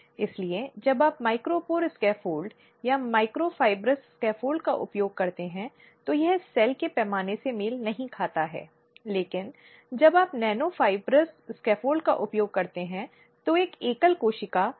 इसलिए यदि शिकायतकर्ता समस्या का चयन और अनौपचारिक निवारण करता है तो पक्षों के बीच सुलह की अनुमति दी जा सकती है और ऐसे मामलों में शिक्षा परामर्श चेतावनी आदि दी जा सकती है